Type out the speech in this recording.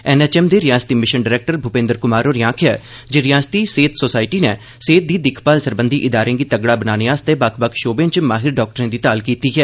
N H M दे रिआसती mission director Bhupendra Kumar होरें आखेआ ऐ जे रिआसती सेहत सोसायटी नै सेहत दी दिक्ख भाल सरबंधी इदारें गी तगड़ा बनाने र्लेई बक्ख बक्ख शोबें च माहिर डाक्टरें दी ताल कीती ऐ